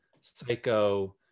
Psycho